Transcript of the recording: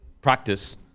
practice